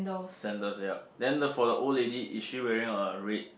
sandals yup then the for the old lady is she wearing a red